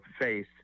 face